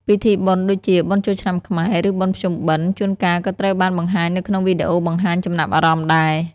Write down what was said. ពិធីបុណ្យដូចជាបុណ្យចូលឆ្នាំខ្មែរ ឬបុណ្យភ្ជុំបិណ្ឌ ជួនកាលក៏ត្រូវបានបង្ហាញនៅក្នុងវីដេអូបង្ហាញចំណាប់អារម្មណ៍ដែរ។